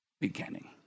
beginning